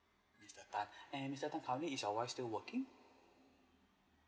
mister tan and mister tan currently is your wife still working